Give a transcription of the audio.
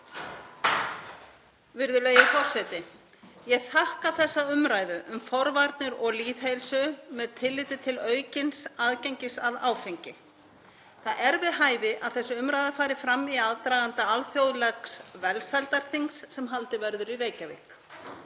Virðulegi forseti. Ég þakka þessa umræðu um forvarnir og lýðheilsu með tilliti til aukins aðgengis að áfengi. Það er við hæfi að þessi umræða fari fram í aðdraganda alþjóðlegs velsældarþings sem haldið verður í Reykjavík.